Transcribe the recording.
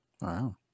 Wow